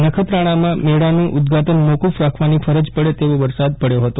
નખત્રાણામાં મેળાનું ઉદ્વાટન મોક્રફ રાખવાની ફરજ પડે તેવો વરસાદ વરસ્યો હતો